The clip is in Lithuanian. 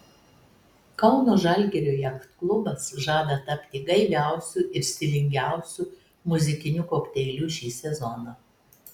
kauno žalgirio jachtklubas žada tapti gaiviausiu ir stilingiausiu muzikiniu kokteiliu šį sezoną